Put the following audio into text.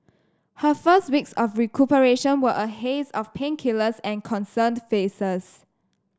her first weeks of recuperation were a haze of painkillers and concerned faces